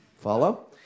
Follow